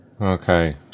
Okay